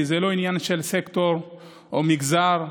כי זה לא עניין של סקטור או מגזר,